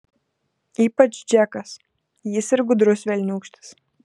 ypač džekas jis ir gudrus velniūkštis